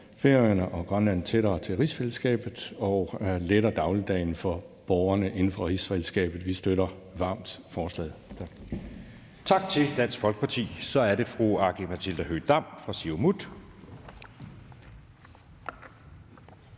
Færøerne og Grønland tættere til rigsfællesskabet og letter dagligdagen for borgerne inden for rigsfællesskabet. Vi støtter varmt forslaget. Tak. Kl. 13:53 Den fg. formand (Jeppe Søe): Tak til